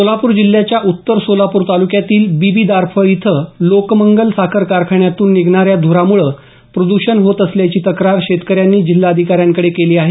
सोलापूर जिल्ह्याच्या उत्तर सोलापूर तालुक्यातील बीबीदारफळ इथं लोकमंगल साखर कारखान्यातून निघणाऱ्या ध्रामुळं प्रद्षण होत असल्याची तक्रार शेतकऱ्यांनी जिल्हाधिकाऱ्यांकडे केली आहे